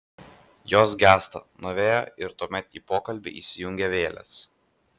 jos gęsta nuo vėjo ir tuomet į pokalbį įsijungia vėlės